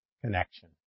connection